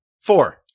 Four